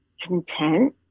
content